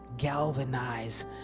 galvanize